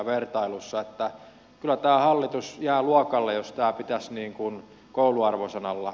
että kyllä tämä hallitus jää luokalle jos tämä pitäisi kouluarvosanalla